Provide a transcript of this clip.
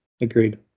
agreed